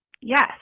Yes